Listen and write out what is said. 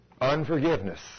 Unforgiveness